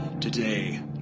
Today